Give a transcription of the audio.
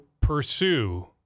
pursue